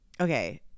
Okay